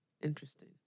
Interesting